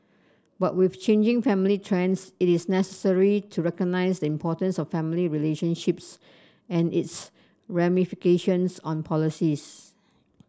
but with changing family trends it is necessary to recognise the importance of family relationships and its ramifications on policies